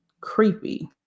creepy